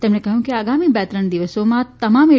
તેમણે કહ્યું કે આગામી બે ત્રણ દિવસોમાં તમામ એ